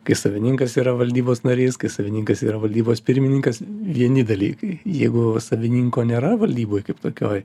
kai savininkas yra valdybos narys kai savininkas yra valdybos pirmininkas vieni dalykai jeigu savininko nėra valdyboj kaip tokioj